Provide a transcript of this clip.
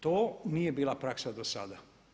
To nije bila praksa dosada.